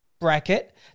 bracket